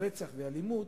רצח ואלימות,